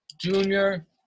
Junior